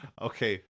Okay